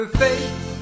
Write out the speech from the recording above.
face